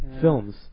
films